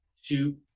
Shoot